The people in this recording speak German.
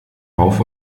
rauf